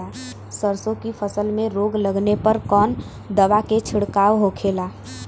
सरसों की फसल में रोग लगने पर कौन दवा के छिड़काव होखेला?